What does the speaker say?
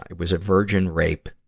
ah was a virgin rape.